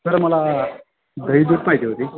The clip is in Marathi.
सर मला दही दूध पाहिजे होती